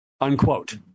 Unquote